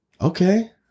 Okay